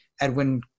Edwin